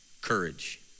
courage